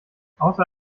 außer